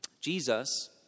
Jesus